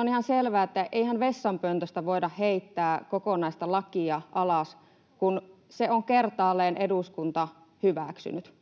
on ihan selvää, että eihän vessanpöntöstä voida heittää kokonaista lakia alas, kun sen on kertaalleen eduskunta hyväksynyt.